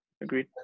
agreed